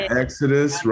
exodus